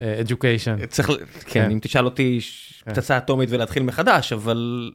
אדוקיישן, כן אם תשאל אותי פצצה אטומית ולהתחיל מחדש אבל.